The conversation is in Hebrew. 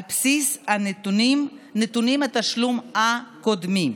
על בסיס נתוני התשלום הקודמים.